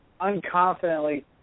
unconfidently